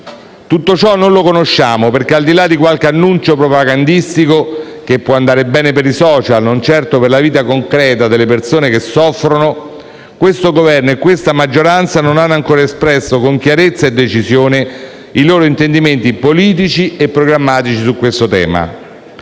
tutto ciò non lo conosciamo, perché, al di là di qualche annuncio propagandistico che può andare bene per i *social*, ma non certo per la vita concreta delle persone che soffrono, questo Governo e questa maggioranza non hanno ancora espresso con chiarezza e decisione i loro intendimenti politici e programmatici sul tema.